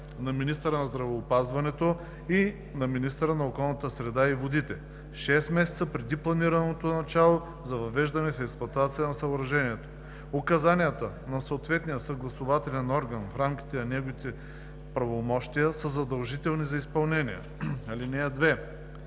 на министъра на здравеопазването и на министъра на околната среда и водите 6 месеца преди планираното начало за въвеждане в експлоатация на съоръжението. Указанията на съответния съгласувателен орган в рамките на неговите правомощия са задължителни за изпълнение.“ (2)